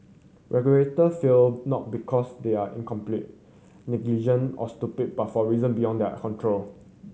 regulator fail not because they are incompetent negligent or stupid but for reason beyond their control